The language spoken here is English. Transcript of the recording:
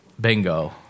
bingo